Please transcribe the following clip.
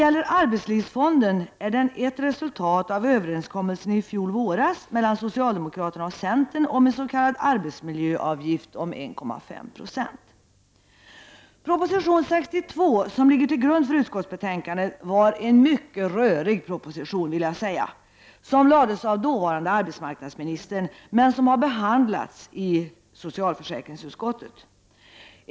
Arbetslivsfonden är ett resultat av överenskommelsen Proposition 62, som ligger till grund för utskottsbetänkandet och som var en mycket rörig proposition, lades fram av dåvarande arbetsmarknadsministern men har behandlats i socialförsäkringsutskottet.